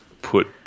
put